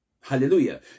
Hallelujah